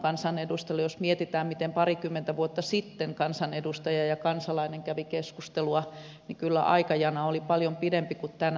jos mietitään miten parikymmentä vuotta sitten kansanedustaja ja kansalainen kävivät keskustelua niin kyllä aikajana oli paljon pidempi kuin tänä päivänä